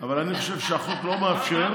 אבל אני חושב שהחוק לא מאפשר, שזיפי?